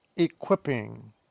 Equipping